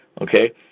Okay